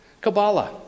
Kabbalah